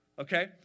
Okay